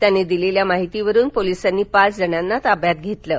त्यांनी दिलेल्या माहितीवरून पोलिसांनी पाच जणांना ताब्यात घेतलं आहे